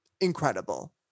incredible